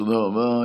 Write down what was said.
תודה רבה.